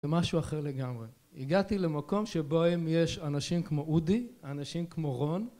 ומשהו אחר לגמרי הגעתי למקום שבו אם יש אנשים כמו אודי אנשים כמו רון